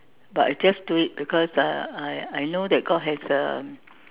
but I just do it because uh I I know that God has a